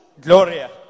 Gloria